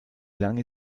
lange